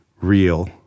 real